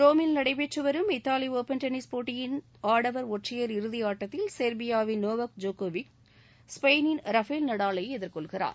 ரோமில் நடைபெற்று வரும் இத்தாலி ஒப்பன் டென்னீஸ் போட்டியின் ஆடவர் ஒற்றையா இறுதி ஆட்டத்தில் சொ்பியாவின் நோவக் ஜோக்கோவிச் ஸ்பெயினின் ரஃபேல் நடாலை எதிர்கொள்கிறார்